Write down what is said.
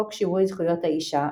חוק שיווי זכויות האישה,